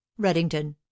Reddington